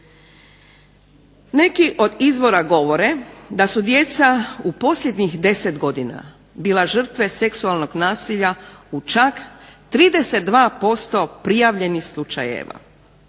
Neki od izvora govore da su djeca u posljednjih 10 godina bila žrtve seksualnog nasilja u čak 32% prijavljenih slučajeva.